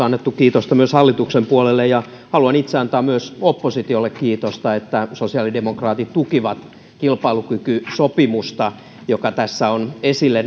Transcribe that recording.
annettu kiitosta myös hallituksen puolelle ja haluan itse antaa myös oppositiolle kiitosta että sosiaalidemokraatit tukivat kilpailukykysopimusta joka tässä on esille